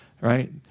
right